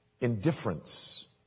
Indifference